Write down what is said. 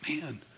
Man